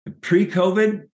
Pre-COVID